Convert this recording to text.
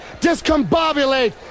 discombobulate